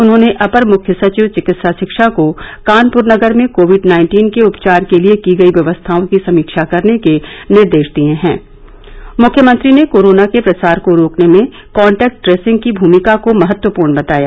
उन्होंने अपर मुख्य सचिव चिकित्सा शिक्षा को कानप्र नगर में कोविड नाइन्टीन के उपचार के लिए की गई व्यवस्थाओं की समीक्षा करने के निर्देश दिये औठ मुख्यमंत्री ने कोरोना के प्रसार को रोकने में कॉन्टैक्ट ट्रेसिंग की भूमिका को महत्वपूर्ण बताया